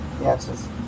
Yes